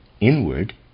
inward